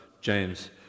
James